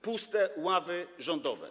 Puste ławy rządowe.